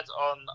on